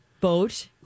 boat